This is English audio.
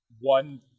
One